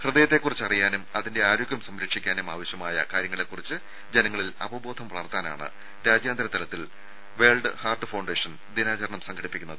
ഹൃദയത്തെക്കുറിച്ച് അറിയാനും അതിന്റെ ആരോഗ്യം സംരക്ഷിക്കാനും ആവശ്യമായ കാര്യങ്ങളെക്കുറിച്ച് ജനങ്ങളിൽ അവബോധം വളർത്താനാണ് രാജ്യാന്തര തലത്തിൽ വേൾഡ് ഹാർട്ട് ഫൌണ്ടേഷൻ ദിനാചരണം സംഘടിപ്പിക്കുന്നത്